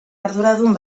arduradun